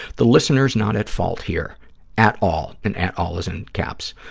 the listener is not at fault here at all, and at all is in caps,